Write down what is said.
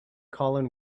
colin